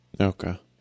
Okay